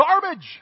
garbage